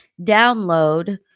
download